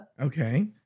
Okay